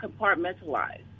compartmentalized